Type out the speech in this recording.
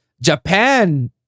Japan